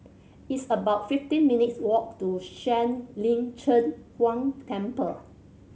it's about fifteen minutes' walk to Shuang Lin Cheng Huang Temple